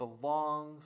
Belongs